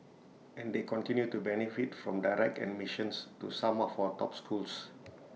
and they continue to benefit from direct admissions to some of our top schools